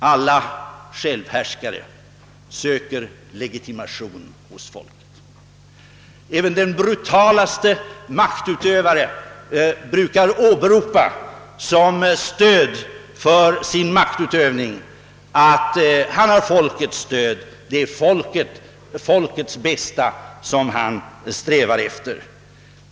Alla självhärskare söker legitimation hos folket. även den brutalaste maktutövare brukar som skäl för sin maktutövning åberopa att han har fol kets stöd, och att det är folkets bästa som han strävar efter.